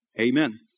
Amen